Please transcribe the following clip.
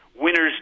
winners